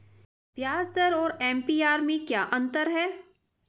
ब्याज दर और ए.पी.आर में क्या अंतर है?